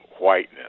whiteness